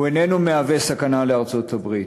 הוא איננו מהווה סכנה לארצות-הברית.